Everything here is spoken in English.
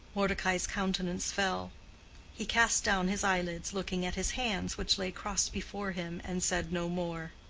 mordecai's countenance fell he cast down his eyelids, looking at his hands, which lay crossed before him, and said no more.